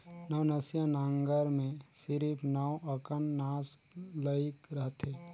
नवनसिया नांगर मे सिरिप नव अकन नास लइग रहथे